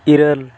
ᱤᱨᱟᱹᱞ